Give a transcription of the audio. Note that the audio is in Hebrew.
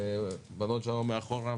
הבנות שם מאחור,